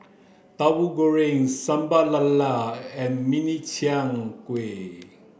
tahu goreng sambal lala and mini chiang kueh